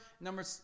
Number